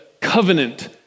covenant